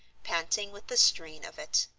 panting with the strain of it.